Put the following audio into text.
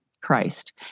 Christ